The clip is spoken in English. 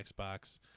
xbox